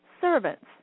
servants